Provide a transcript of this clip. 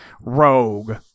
rogue